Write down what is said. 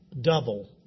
double